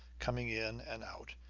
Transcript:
coming in and out,